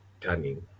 turning